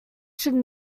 should